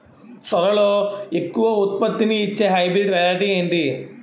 సోరలో ఎక్కువ ఉత్పత్తిని ఇచే హైబ్రిడ్ వెరైటీ ఏంటి?